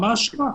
נכון.